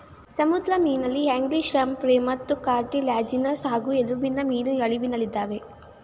ಸಮುದ್ರ ಮೀನಲ್ಲಿ ಹ್ಯಾಗ್ಫಿಶ್ಲ್ಯಾಂಪ್ರೇಮತ್ತುಕಾರ್ಟಿಲ್ಯಾಜಿನಸ್ ಹಾಗೂ ಎಲುಬಿನಮೀನು ಅಳಿವಿನಲ್ಲಿದಾವೆ